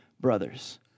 brothers